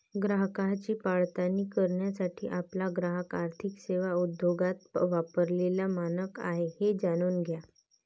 ग्राहकांची पडताळणी करण्यासाठी आपला ग्राहक आर्थिक सेवा उद्योगात वापरलेला मानक आहे हे जाणून घ्या